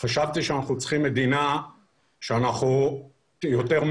חשבתי שאנחנו צריכים מדינה יותר מאוחדת.